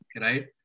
right